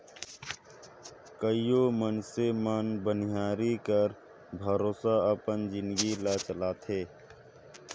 कइयो मइनसे मन बनिहारी कर भरोसा अपन जिनगी ल चलाथें